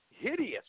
hideous